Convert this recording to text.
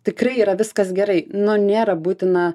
tikrai yra viskas gerai nu nėra būtina